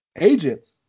agents